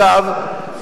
אגב,